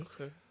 Okay